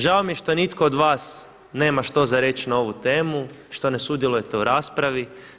Žao mi je što nitko od vas nema što za reći na ovu temu, što ne sudjelujete u raspravi.